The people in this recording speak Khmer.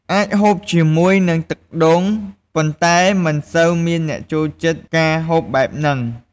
អាចហូបជាមួយនឹងទឹកដូងប៉ុន្តែមិនសូវមានអ្នកចូលចិត្តការហូបបែបនិង។